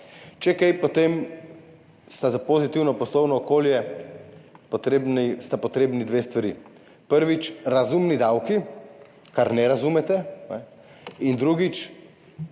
Če kaj, potem sta za pozitivno poslovno okolje potrebni dve stvari. Prvič, razumni davki, česar ne razumete, in drugič,